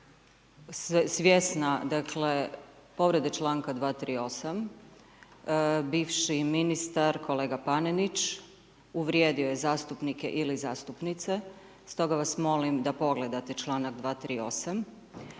svjesna povrede članka 238. bivši ministar kolega Panenić, uvrijedio je zastupnike ili zastupnice, stoga vas molim da pogledate članak 238.